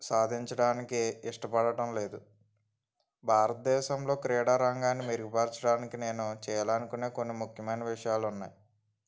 సాధించడానికి ఇష్టపడటం లేదు భారతదేశంలో క్రీడాారంగాన్ని మెరుగుపరచడానికి నేను చేయాలి అనుకునే కొన్ని ముఖ్యమైన విషయాలు ఉన్నాయి